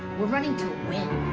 we're running to win.